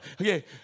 okay